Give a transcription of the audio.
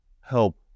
help